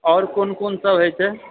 आओर कोन कोन सभ होइ छै